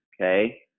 okay